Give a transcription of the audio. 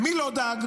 למי לא דאגנו?